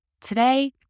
Today